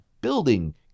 building